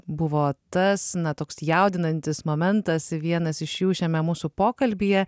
buvo tas na toks jaudinantis momentas vienas iš jų šiame mūsų pokalbyje